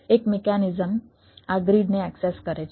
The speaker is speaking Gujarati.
એક મિકેનિઝમ આ ગ્રીડને એક્સેસ કરે છે